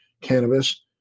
cannabis